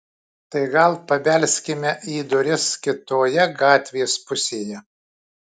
tai gal pabelskime į duris kitoje gatvės pusėje